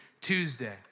Tuesday